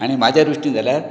आनी म्हाज्या दृश्टीन जाल्यार